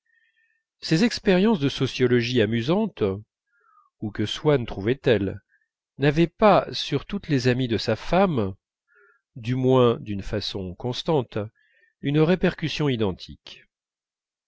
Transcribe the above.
ces expériences de sociologie amusante ou que swann trouvait telle n'avaient pas sur toutes les amies de sa femme du moins d'une façon constante une répercussion identique